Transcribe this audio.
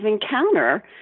encounter